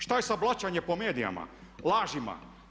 Šta je sa blaćenjem po medijima, lažima?